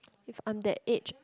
if I am that age